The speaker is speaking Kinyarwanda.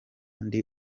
ndi